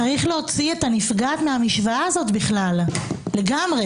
צריך להוציא את הנפגעת מהמשוואה הזאת בכלל לגמרי.